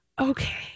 Okay